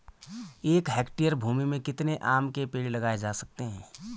एक हेक्टेयर भूमि में कितने आम के पेड़ लगाए जा सकते हैं?